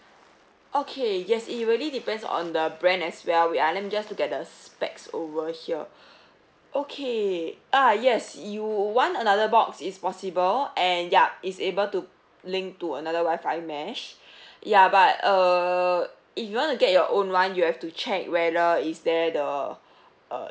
okay yes it really depends on the brand as well wait ah let me just look at the specs over here okay ah yes you want another box it's possible and yup it's able to link to another wifi mash ya but err if you want to get your own [one] you have to check whether is there the uh